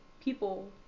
people